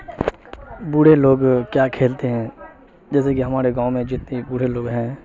بوڑے لوگ کیا کھیلتے ہیں جیسے کہ ہمارے گاؤں میں جتنے بوڑھے لوگ ہیں